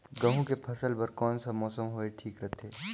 गहूं के फसल बर कौन सा मौसम हवे ठीक रथे?